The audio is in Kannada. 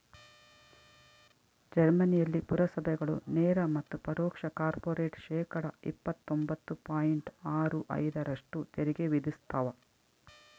ಜರ್ಮನಿಯಲ್ಲಿ ಪುರಸಭೆಗಳು ನೇರ ಮತ್ತು ಪರೋಕ್ಷ ಕಾರ್ಪೊರೇಟ್ ಶೇಕಡಾ ಇಪ್ಪತ್ತೊಂಬತ್ತು ಪಾಯಿಂಟ್ ಆರು ಐದರಷ್ಟು ತೆರಿಗೆ ವಿಧಿಸ್ತವ